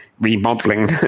remodeling